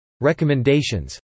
Recommendations